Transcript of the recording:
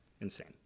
insane